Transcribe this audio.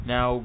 Now